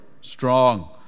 strong